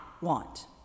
want